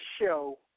show